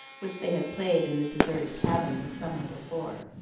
which they had played in the deserted cabin the summer before.